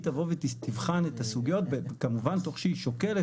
היא תבוא ותבחן את הסוגיות כמובן תוך שהיא שוקלת